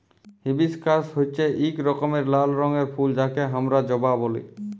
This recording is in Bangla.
হিবিশকাস হচ্যে এক রকমের লাল রঙের ফুল যাকে হামরা জবা ব্যলি